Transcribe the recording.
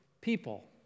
people